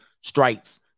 strikes